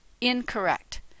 Incorrect